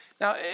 Now